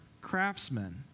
craftsmen